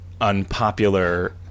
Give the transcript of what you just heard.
unpopular